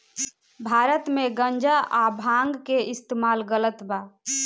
भारत मे गांजा आ भांग के इस्तमाल गलत बा